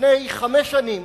לפני חמש שנים